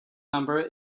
number